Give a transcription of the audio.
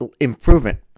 improvement